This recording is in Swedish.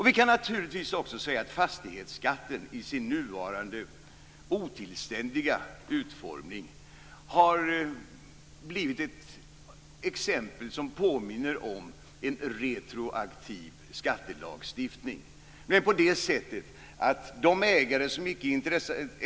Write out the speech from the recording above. Vi kan naturligtvis också säga att fastighetsskatten i sin nuvarande otillständiga utformning har blivit ett exempel som påminner om en retroaktiv skattelagstiftning.